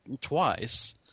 twice